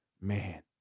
Man